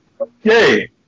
Okay